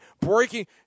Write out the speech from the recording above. breaking